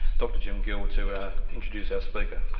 dr. jim gill to introduce our speaker,